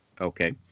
Okay